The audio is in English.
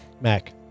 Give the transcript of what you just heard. Mac